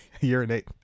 urinate